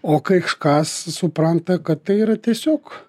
o kai žkas supranta kad tai yra tiesiog